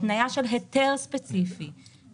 התניה של היתר ספציפי,